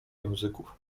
języków